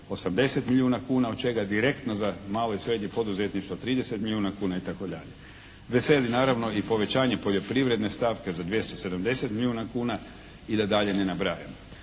80 milijuna kuna od čega direktno za malo i srednje poduzetništvo 30 milijuna kuna itd. Veseli naravno i povećanje poljoprivredne stavke za 270 milijuna kuna i da dalje ne nabrajam.